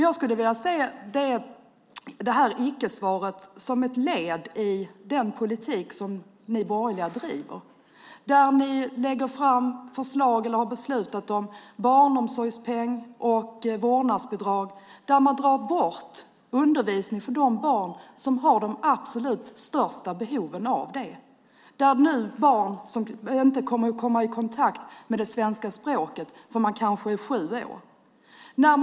Jag ser det här icke-svaret som ett led i den politik som ni borgerliga driver. Ni lägger fram förslag eller har beslutat om barnomsorgspeng och vårdnadsbidrag och drar bort undervisning för de barn som har de absolut största behoven av det, kanske barn som inte kommer att komma i kontakt med det svenska språket förrän de är sju år.